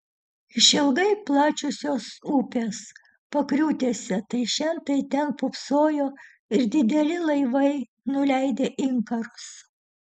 išilgai plačiosios upės pakriūtėse tai šen tai ten pūpsojo dideli laivai nuleidę inkarus